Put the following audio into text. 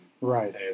Right